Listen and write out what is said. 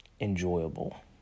enjoyable